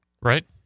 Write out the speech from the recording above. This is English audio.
Right